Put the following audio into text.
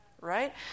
right